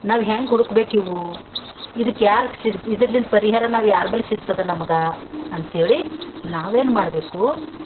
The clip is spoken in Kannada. ನಾವು ಹ್ಯಾಂಗೆ ಹುಡುಕ್ಬೇಕು ಇವು ಇದಕ್ಕೆ ಯಾರಿಗ್ ಸಿಗ್ತ ಇದಿರ್ಲಿಲ್ಲ ಪರಿಹಾರ ನಾವು ಯಾರ ಬಳಿ ಸಿಗ್ತದೆ ನಮಗೆ ಅಂತಹೇಳಿ ನಾವೇನು ಮಾಡಬೇಕು